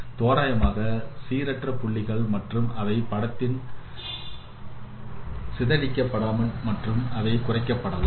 தோராயமாக சீரற்ற புள்ளிகள் மற்றும் அவை படத்தில் சிதறடிக்க படலாம் மற்றும் அவை குறைக்கப்படலாம்